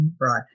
Right